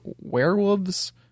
werewolves